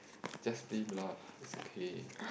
just plain laugh is okay